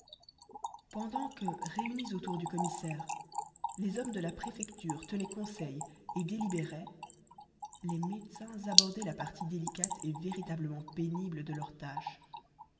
pendant que réunis autour du commissaire les hommes de la préfecture tenaient conseil et délibéraient les médecins abordaient la partie délicate et véritablement pénible de leur tâche